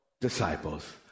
disciples